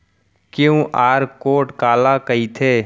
QR code काला कहिथे?